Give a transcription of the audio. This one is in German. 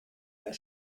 der